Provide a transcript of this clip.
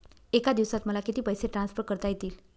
एका दिवसात मला किती पैसे ट्रान्सफर करता येतील?